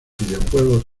videojuegos